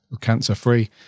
cancer-free